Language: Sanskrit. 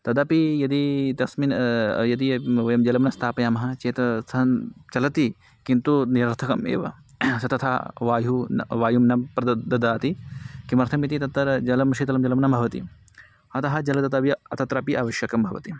तदपि यदि तस्मिन् यदि वयं जलं न स्थापयामः चेत् सन् चलति किन्तु निरर्थकम् एव स तथा वायुः न वायुं न प्रदद् ददाति किमर्थम् इति तत्र जलं शीतलं जलं न भवति अतः जलं दातव्यम् अत्रापि आवश्यकं भवति